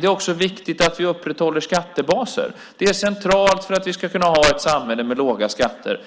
Det är också viktigt att vi upprätthåller skattebaser. Att skatter betalas är centralt för att vi ska kunna ha ett samhälle med låga skatter.